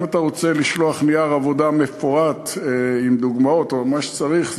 אם אתה רוצה לשלוח נייר עבודה מפורט עם דוגמאות או מה שצריך,